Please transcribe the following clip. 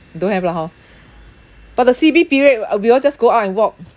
don't have lah hor but the C_B period we all just go out and walk